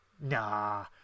nah